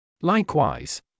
Likewise